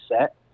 set